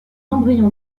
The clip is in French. embryon